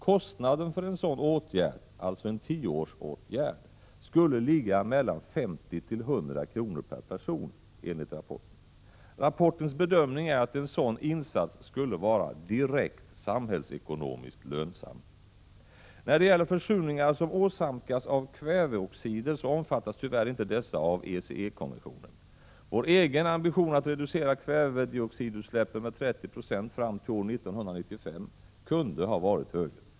Kostnaden för en sådan åtgärd, alltså en tioårsåtgärd, skulle ligga mellan 50 och 100 kr. per person, enligt rapporten. Rapportens bedömning är att en sådan insats skulle vara direkt samhällsekonomiskt lönsam. Försurningar åsamkas också av kväveoxider, men tyvärr omfattas inte dessa av ECE-konventionen. Vår egen ambition att reducera kvävedioxidutsläppen med 30 96 fram till år 1995 kunde ha varit högre.